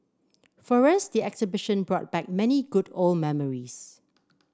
for us the exhibition brought back many good old memories